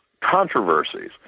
controversies